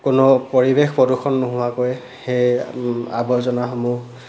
কোনো পৰিৱেশ প্ৰদূষণ নোহোৱাকৈ সেই আৱৰ্জনাসমূহ